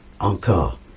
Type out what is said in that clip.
encore